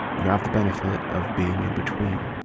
you have the benefit of being in between.